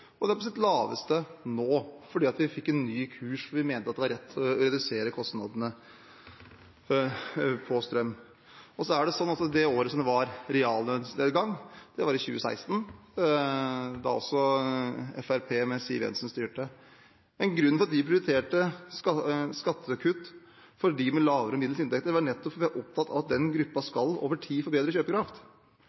og den er på sitt laveste nå – fordi vi fikk en ny kurs, fordi vi mente at det var rett å redusere kostnadene på strøm. Det året det var reallønnsnedgang, var 2016, da også Fremskrittspartiet med Siv Jensen styrte. Grunnen til at vi prioriterte skattekutt for dem med lave og middels inntekter, var nettopp at vi er opptatt av at den gruppen over tid skal få bedre kjøpekraft.